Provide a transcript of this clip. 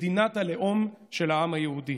מדינת הלאום של העם היהודי.